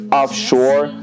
offshore